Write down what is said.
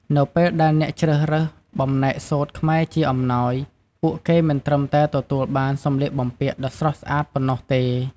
នៅពេលដែលអ្នកជ្រើសរើសបំណែកសូត្រខ្មែរជាអំណោយ ពួកគេមិនត្រឹមតែទទួលបានសម្លៀកបំពាក់ដ៏ស្រស់ស្អាតប៉ុណ្ណោះទេ ។